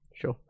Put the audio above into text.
Sure